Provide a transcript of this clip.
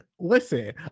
Listen